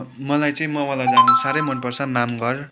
मलाई चाहिँ मावला जानु साह्रै मन पर्छ माम घर